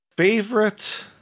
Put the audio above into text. Favorite